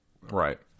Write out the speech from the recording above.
Right